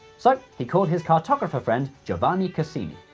so he called his cartopgrapher friend giovanni cassini.